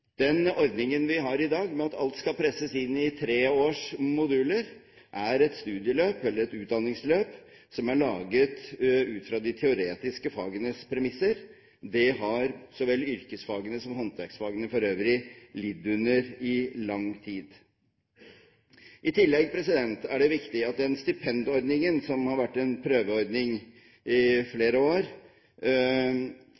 Den ordningen vi har i dag, der alt skal presses inn i treårs moduler, er et utdanningsløp som er laget ut fra de teoretiske fagenes premisser. Det har så vel yrkesfagene som håndverksfagene for øvrig lidd under i lang tid. I tillegg er det viktig at den stipendordningen som har vært en prøveordning i